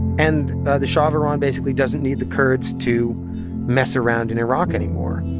and the shah of iran basically doesn't need the kurds to mess around in iraq anymore.